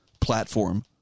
platform